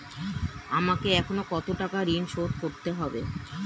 আমাকে এখনো কত টাকা ঋণ শোধ করতে হবে?